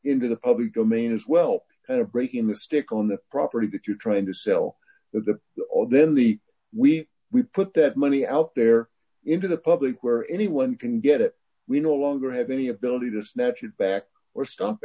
into the public domain as well and breaking the stick on the property that you're trying to sell the then the we we put that money out there into the public where anyone can get it we no longer have any ability to snatch it back or stop